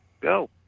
go